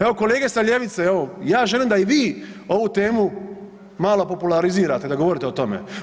Evo kolege sa ljevice, ja želim da i vi ovu temu malo popularizirate da govorite o tome.